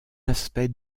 aspect